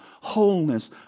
wholeness